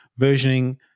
versioning